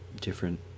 different